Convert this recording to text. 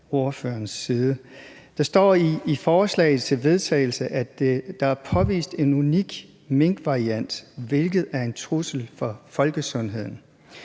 Der står i forslaget til vedtagelse, at der er påvist en unik minkvariant, hvilket er en trussel for folkesundheden.